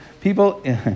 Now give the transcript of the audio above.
People